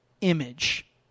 image